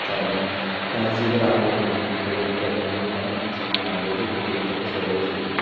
കാരണം നാല് G B റാമേ ഉള്ളൂ ഇവനെടുത്ത് തന്നത് പന്ത്രണ്ട് ജി ബി റാമേജ് നൂറ്റി ഇരുപത്തെട്ട് സ്റ്റോറേജും ഉണ്ട്